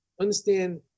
understand